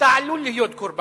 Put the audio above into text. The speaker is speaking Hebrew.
ושאתה גם עלול להיות קורבן,